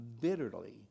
bitterly